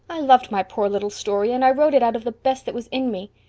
i loved my poor little story, and i wrote it out of the best that was in me.